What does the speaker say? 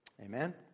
Amen